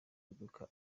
imodoka